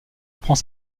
apprend